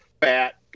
fat